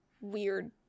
weird